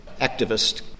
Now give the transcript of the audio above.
activist